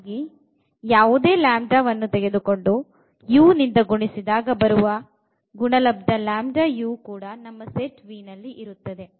ಹಾಗಾಗಿ ಯಾವುದೇ λ ಅನ್ನು ತೆಗೆದುಕೊಂಡು u ಇಂದ ಗುಣಿಸಿದಾಗ ಬರುವಗುಣಲಬ್ಧ ಕೂಡ ನಮ್ಮ ಸೆಟ್ V ನಲ್ಲಿ ಇರುತ್ತದೆ